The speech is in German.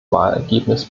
wahlergebnis